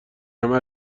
همه